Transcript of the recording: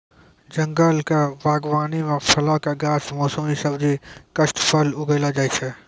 जंगल क बागबानी म फलो कॅ गाछ, मौसमी सब्जी, काष्ठफल उगैलो जाय छै